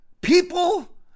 people